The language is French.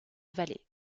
vallée